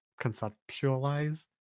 conceptualize